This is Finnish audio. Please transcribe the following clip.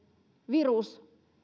virus